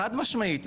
חד משמעית.